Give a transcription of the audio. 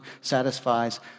satisfies